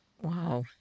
wow